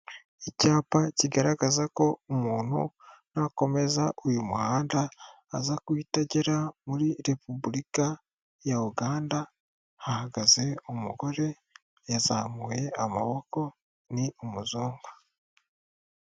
Icyapa kigaragaza ko umuntu n'akomeza uyu muhanda aza guhita agera muri Repubulika ya Uganda hahagaze umugore yazamuye amaboko ni umuzungu.